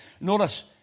notice